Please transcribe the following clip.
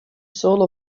solo